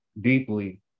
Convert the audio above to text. deeply